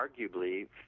arguably